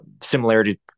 similarity